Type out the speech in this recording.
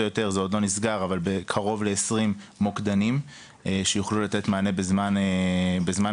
כ-20 מוקדנים שיוכלו לתת מענה בזמן